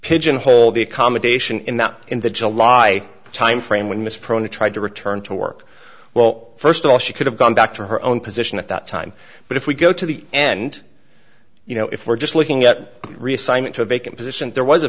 pigeonhole the accommodation in that in the july time frame when this proto tried to return to work well first of all she could have gone back to her own position at that time but if we go to the end you know if we're just looking at